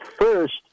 first